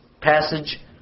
passage